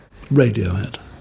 Radiohead